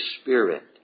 Spirit